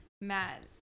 Matt